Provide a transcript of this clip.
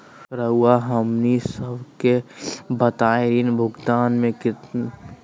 रहुआ हमनी सबके बताइं ऋण भुगतान में मिनी स्टेटमेंट दे सकेलू?